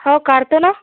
हाव काढतो ना